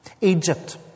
Egypt